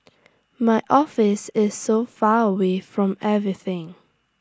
my office is so far away from everything